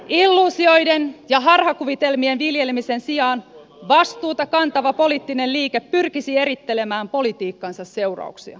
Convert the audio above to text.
illuusioiden ja harhakuvitelmien viljelemisen sijaan vastuuta kantava poliittinen liike pyrkisi erittelemään politiikkansa seurauksia